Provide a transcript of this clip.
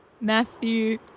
Matthew